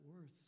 worth